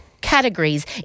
categories